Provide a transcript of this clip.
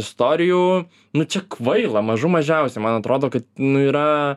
istorijų nu čia kvaila mažų mažiausia man atrodo kad nu yra